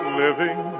living